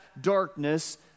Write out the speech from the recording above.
darkness